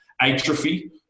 atrophy